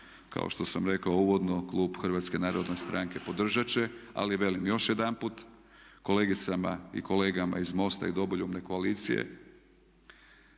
kako što sam rekao uvodno klub HNS-a podržat će ali velim još jedanput kolegicama i kolegama iz MOST-a i Domoljubne koalicije